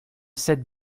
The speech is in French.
sept